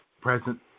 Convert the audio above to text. present